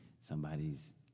somebody's